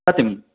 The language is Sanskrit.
सत्यम्